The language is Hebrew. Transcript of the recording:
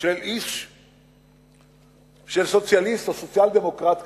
של סוציאליסט או סוציאל-דמוקרט כמוני,